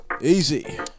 Easy